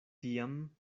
tiam